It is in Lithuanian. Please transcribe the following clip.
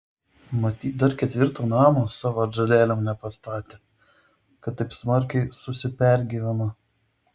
matyt dar ketvirto namo savo atžalėlėm nepastatė kad taip smarkiai susipergyveno